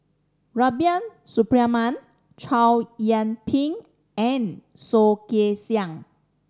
Rubiah Suparman Chow Yian Ping and Soh Kay Siang